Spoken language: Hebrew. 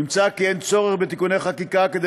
נמצא כי אין צורך בתיקוני חקיקה כדי